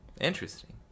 interesting